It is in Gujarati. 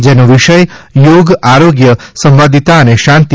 જેનો વિષય યોગ આરોગ્ય સંવાદિતા અને શાંતિ